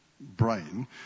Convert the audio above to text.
brain